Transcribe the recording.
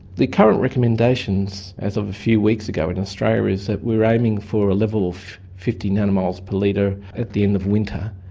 the current recommendations as of a few weeks ago in australia is that we are aiming for a level of fifty nanomoles per litre at the end of winter,